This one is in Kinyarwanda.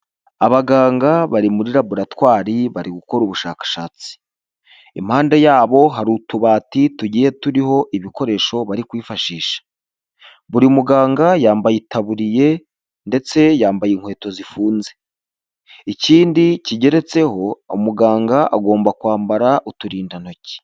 Abaganga bari muri laburatwari bari gukora ubushakashatsi, impande yabo hari utubati tugiye turiho ibikoresho bari kwifashisha, buri muganga yambaye itaburiye ndetse yambaye inkweto zifunze ikindi kigeretseho umuganga agomba kwambara uturinda ntoki.